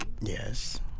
Yes